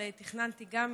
אבל תכננתי גם,